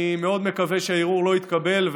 אני מאוד מקווה שהערעור לא יתקבל,